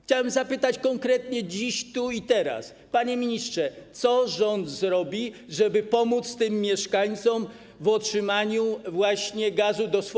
Chciałem zapytać konkretnie dziś, tu i teraz, panie ministrze, co rząd zrobi, żeby pomóc tym mieszkańcom w otrzymaniu gazu do mieszkań.